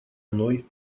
мной